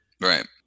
Right